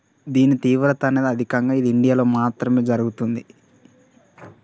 దీని తీవ్రత అనేది అధికంగా ఇది ఇండియాలో మాత్రమే జరుగుతుంది